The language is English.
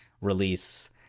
release